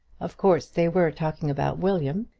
of course they were talking about william,